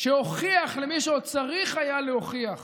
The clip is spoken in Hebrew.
שהוכיח למי שעוד צריך היה להוכיח